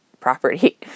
property